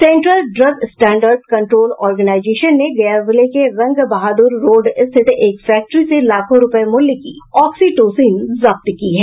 central drug standard control organisation ने गया जिले के रंगबहादुर रोड़ स्थित एक फैक्ट्री से लाखों रूपये मूल्य की ऑक्सीटोसिन जब्त की है